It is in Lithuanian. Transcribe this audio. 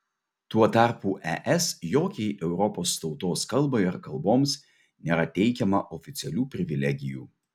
tuo tarpu es jokiai europos tautos kalbai ar kalboms nėra teikiama oficialių privilegijų